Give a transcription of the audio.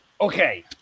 Okay